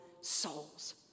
souls